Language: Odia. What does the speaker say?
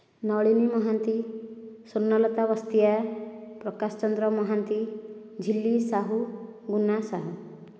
ନଳିନୀ ମହାନ୍ତି ସ୍ଵର୍ଣ୍ଣଲତା ବସ୍ତିଆ ପ୍ରକାଶ ଚନ୍ଦ୍ର ମହାନ୍ତି ଝିଲ୍ଲୀ ସାହୁ ଗୁନା ସାହୁ